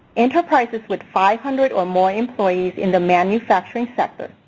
enterprises with five hundred or more employees in the manufacturing sector,